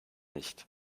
nicht